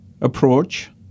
approach